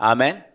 Amen